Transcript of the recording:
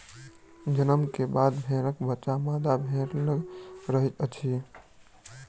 जन्म के बाद भेड़क बच्चा मादा भेड़ लग रहैत अछि